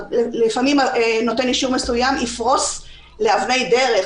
לפעמים נותן אישור מסוים יפרוס לאבני דרך,